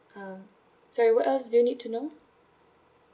uh sorry what else do you need to know